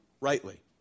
rightly